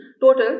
total